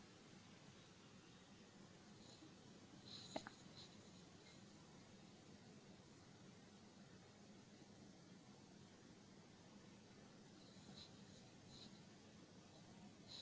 ya